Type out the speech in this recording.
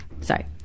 sorry